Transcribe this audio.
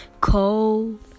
Cold